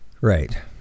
Right